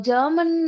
German